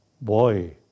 boy